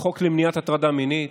החוק למניעת הטרדה מינית,